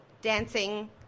dancing